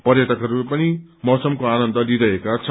पर्यटकहस्ले पनि मैसमको आनन्द लिइरहेका छन्